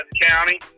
County